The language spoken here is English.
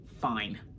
fine